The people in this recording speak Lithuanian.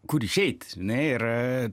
kur išeit na ir